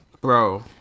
Bro